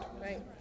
Right